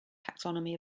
taxonomy